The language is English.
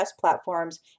platforms